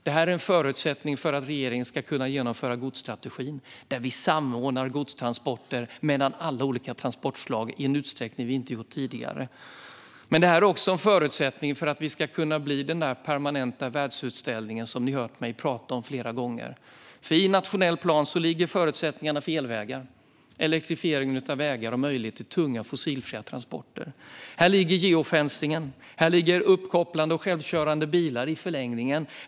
Det här är en förutsättning för att regeringen ska kunna genomföra godsstrategin, där vi samordnar godstransporter mellan alla olika transportslag i en utsträckning vi inte gjort tidigare. Men detta är också en förutsättning för att vi ska kunna bli den permanenta världsutställning som ni hört mig tala om flera gånger. I den nationella planen ligger förutsättningarna för elvägar, elektrifieringen av vägar och möjlighet till tunga fossilfria transporter. Här ligger geofencingen. Här ligger i förlängningen uppkopplade, självkörande bilar.